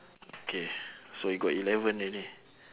okay so we got eleven already